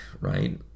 right